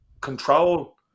control